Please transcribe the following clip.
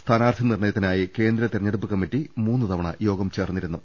സ്ഥാനാർഥി നിർണയത്തിനായി കേന്ദ്ര തിരഞ്ഞെടുപ്പ് കമ്മിറ്റി മൂന്നുതവണ യോഗം ചേർന്നിരുന്നു